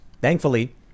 Thankfully